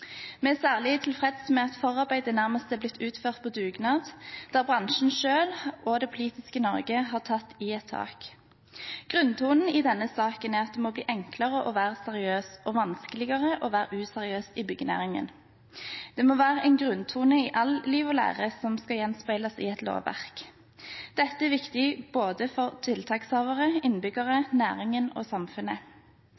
Vi er særlig tilfreds med at forarbeidet nærmest er blitt utført på dugnad, der bransjen selv og det politiske Norge har tatt i et tak. Grunntonen i denne saken er at det må bli enklere å være seriøs og vanskeligere å være useriøs i byggenæringen. Det må være en grunntone i alt, liv og lære, som skal gjenspeiles i et lovverk. Dette er viktig for både tiltakshavere, innbyggere, næringen og samfunnet.